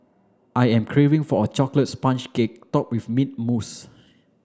I am craving for a chocolate sponge cake topped with mint mousse